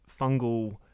fungal